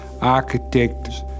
architects